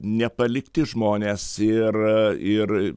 nepalikti žmonės ir ir